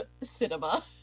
cinema